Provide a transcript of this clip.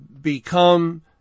become